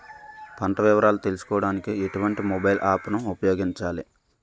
పంట వివరాలు తెలుసుకోడానికి ఎటువంటి మొబైల్ యాప్ ను ఉపయోగించాలి?